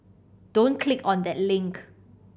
don't click on that link